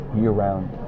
year-round